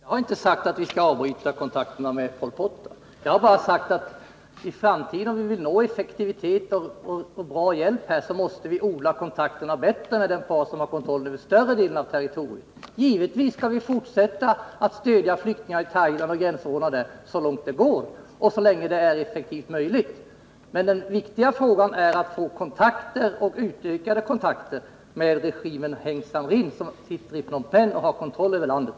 Herr talman! Det var fel, herr utrikesminister. Jag har inte sagt att vi skall avbryta kontakterna med Pol Pot. De är nödvändiga så länge han behärskar tillförselvägarna till flyktingarna i gränsområdet. Jag har bara sagt att om vi vill nå effektivitet och få till stånd bra hjälp måste vi odla kontakterna bättre med den part som har kontroll över större delen av territoriet. Givetvis kan och skall vi fortsätta att stödja flyktingar i Thailand och i gränsområdena där så långt det går och så länge det är möjligt att göra det effektivt. Men det viktiga är att få utökade kontakter med regimen Heng Samrin som sitter i Phnom Penh och har kontroll över landet.